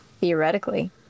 theoretically